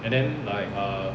and then like err